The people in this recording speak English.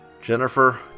Jennifer